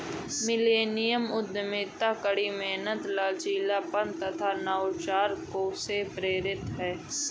millennium उद्यमिता कड़ी मेहनत, लचीलापन तथा नवाचार से प्रेरित है